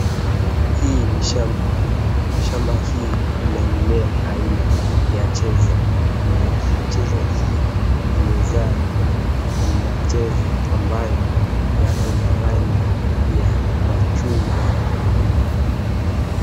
Hii ni shamba kubwa. Shamba hii ina mimea aina ya cheza na micheza hii imezaa macheza ambayo yapo na rangi ya machungwa.